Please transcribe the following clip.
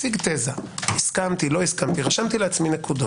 הציג תזה, הסכמתי, לא הסכמתי, רשמתי נקודות.